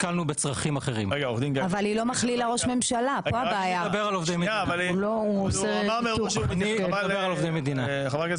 שנקלעו לבעיה רפואית אני עוזבת את העניין המשפטי בצד המדינה יכולה